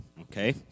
Okay